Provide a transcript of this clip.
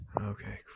okay